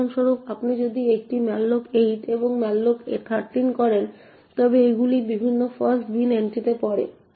উদাহরণস্বরূপ আপনি যদি একটি malloc 8 এবং একটি malloc 13 করেন তবে এগুলি বিভিন্ন ফাস্ট বিন এন্ট্রিতে পড়ে